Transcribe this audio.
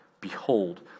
Behold